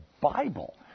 Bible